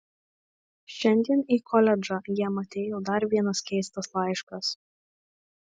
šiandien į koledžą jam atėjo dar vienas keistas laiškas